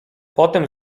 potem